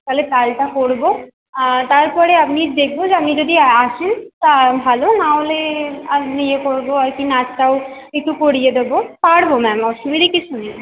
তাহলে তালটা করব তারপরে আমি দেখব যে আপনি যদি আসেন তা ভালো না হলে আমি ইয়ে করব আর কি নাচটাও একটু করিয়ে দেব পারব ম্যাম অসুবিধে কিছু নেই